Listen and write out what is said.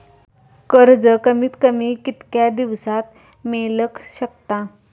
कर्ज कमीत कमी कितक्या दिवसात मेलक शकता?